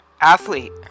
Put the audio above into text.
athlete